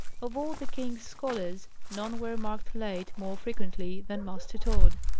of all the king's scholars, none were marked late more frequently than master tod.